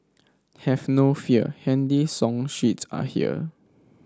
have no fear handy song sheets are here